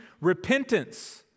repentance